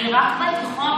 רק בתיכון,